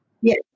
Yes